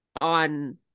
on